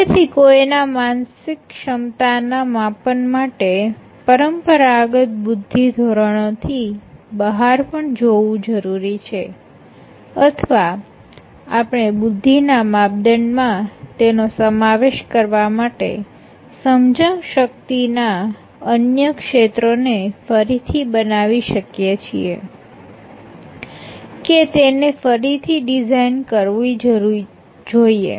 તેથી કોઈના માનસિક ક્ષમતાના માપન માટે પરંપરાગત બુદ્ધિ ધોરણોથી બહાર પણ જોવું જરૂરી છે અથવા આપણે બુદ્ધિના માપદંડ માં તેનો સમાવેશ કરવા માટે સમજણશક્તિ ના અન્ય ક્ષેત્રો ને ફરીથી બનાવી શકીએ કે તેને ફરીથી ડિઝાઇન કરવી જોઈએ